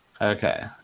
Okay